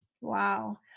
Wow